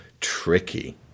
tricky